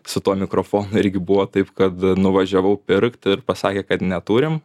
su tuo mikrofonu irgi buvo taip kad nuvažiavau pirkt ir pasakė kad neturim